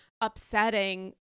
upsetting